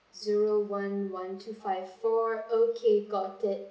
zero one one three five four okay got it